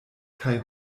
kaj